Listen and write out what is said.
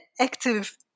active